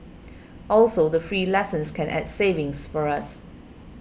also the free lessons can add savings for us